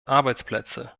arbeitsplätze